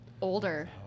Older